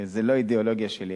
זו לא האידיאולוגיה שלי.